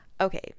Okay